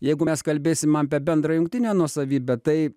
jeigu mes kalbėsim apie bendrą jungtinę nuosavybę tai